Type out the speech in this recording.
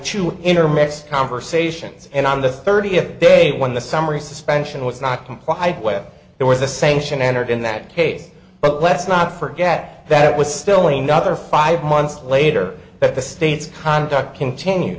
to intermix conversations and on the thirtieth day when the summary suspension was not complied way there was a sanction entered in that case but let's not forget that was still another five months later that the state's conduct continue